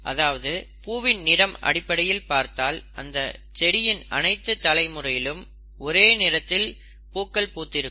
அதாவது பூவின் நிறம் அடிப்படையில் பார்த்தால் அந்த செடியின் அனைத்து தலைமுறையிலும் ஒரே நிறத்தில் பூக்கள் பூத்திருக்கும்